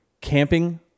camping